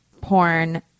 porn